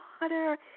water